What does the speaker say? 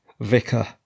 vicar